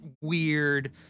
weird